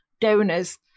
donors